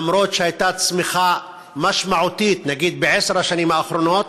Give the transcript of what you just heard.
אף-על-פי שהייתה צמיחה משמעותית בעשר השנים האחרונות,